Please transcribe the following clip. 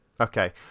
Okay